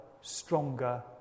stronger